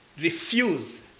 refuse